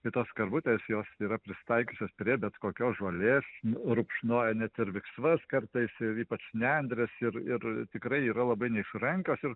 tai tos karvutės jos yra prisitaikiusios prie bet kokios žolės rupšnoja net ir viksvas kartais ir ypač nendres ir ir tikrai yra labai neišrankios ir